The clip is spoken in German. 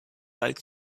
bald